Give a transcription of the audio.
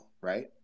right